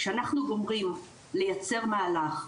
כשאנחנו גורמים לייצר מהלך,